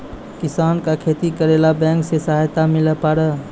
किसान का खेती करेला बैंक से सहायता मिला पारा?